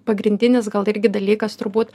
pagrindinis gal irgi dalykas turbūt